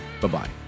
Bye-bye